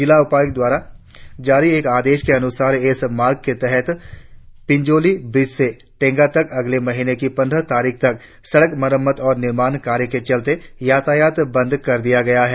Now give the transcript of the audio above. जिला उपायुक्त द्वारा जारी एक आदेश के अनुसार इस मार्ग के तहत पिनजोली ब्रिज से टेंगा तक अगले महीने की पंद्रह तारीख तक सड़क मरम्मत और निर्माण कार्य के चलते यातायात बंद कर दिया गया है